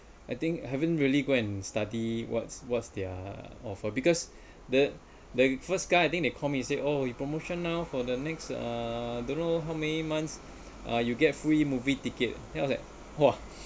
I think haven't really go and study what's what's their offer because that the first guy I think they call me to say oh you promotional for the next uh don't know how many months uh you get free movie ticket then I was like !wah!